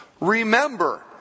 Remember